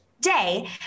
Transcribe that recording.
day